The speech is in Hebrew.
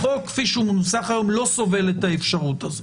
החוק כפי שהוא מנוסח היום לא סובל את האפשרות הזאת.